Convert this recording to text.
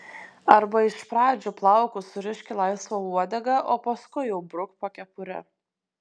arba iš pradžių plaukus surišk į laisvą uodegą o paskui jau bruk po kepure